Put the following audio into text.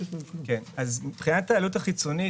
מבחינת העלות החיצונית,